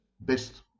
best